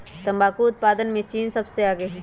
तंबाकू उत्पादन में चीन सबसे आगे हई